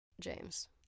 James